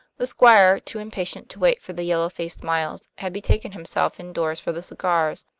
the squire, too impatient to wait for the yellow-faced miles, had betaken himself indoors for the cigars,